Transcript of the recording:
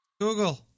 Google